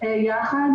יחד,